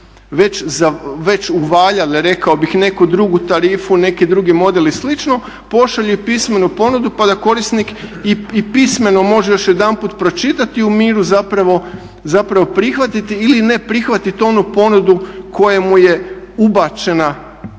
već uvaljali rekao bih neku drugu tarifu, neki drugi model i slično pošalju i pismenu ponudu pa da korisnik i pismeno može još jedanput pročitati u miru, zapravo prihvatiti ili ne prihvatiti onu ponudu koja mu je ubačena